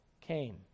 came